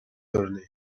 örneği